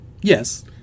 yes